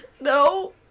No